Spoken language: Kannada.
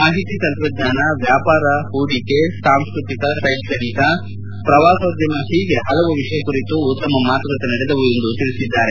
ಮಾಹಿತಿ ತಂತ್ರಜ್ಞಾನ ವ್ಯಾಪಾರ ಪೂಡಿಕೆ ಸಾಂಸ್ವತಿಕ ಶೈಕ್ಷಣಿಕ ಪ್ರವಾಸೋದ್ಯಮ ಹೀಗೆ ಪಲವು ವಿಷಯಗಳ ಕುರಿತು ಉತ್ತಮ ಮಾತುಕತೆ ನಡೆದವು ಎಂದು ತಿಳಿಸಿದ್ದಾರೆ